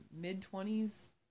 mid-twenties